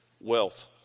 wealth